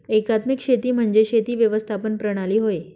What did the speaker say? एकात्मिक शेती म्हणजे शेती व्यवस्थापन प्रणाली होय